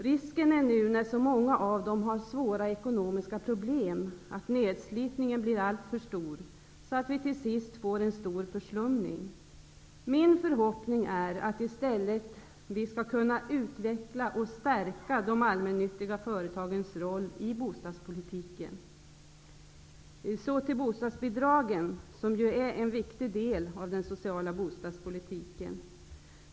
Risken är nu, när så många av dem har svåra ekonomiska problem, att nedslitningen blir så stor att vi till sist får en stor förslumning. Min förhoppning är att vi i stället skall kunna utveckla och stärka de allmännyttiga företagens roll i bostadspolitiken. Jag vill också ta upp frågan om bostadsbidra gen, som ju är en viktig del av den sociala bostads politiken.